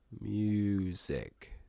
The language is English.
Music